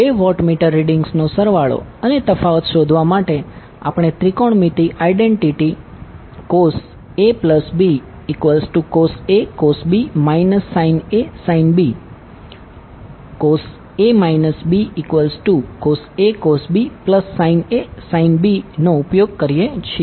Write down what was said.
બે વોટમીટર રીડિંગ્સનો સરવાળો અને તફાવત શોધવા માટે આપણે ત્રિકોણમિતિ identity cos ABcos A cos B sin A sin B cos A Bcos A cos B sin A sin B નો ઉપયોગ કરીએ છીએ